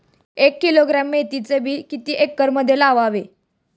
एक किलोग्रॅम मेथीचे बी किती एकरमध्ये लावावे?